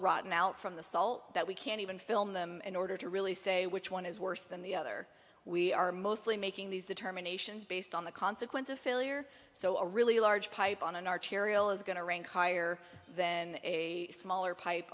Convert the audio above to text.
rotten out from the salt that we can't even film them in order to really say which one is worse than the other we are mostly making these determinations based on the consequence of failure so a really large pipe on an arterial is going to rank higher than a smaller pipe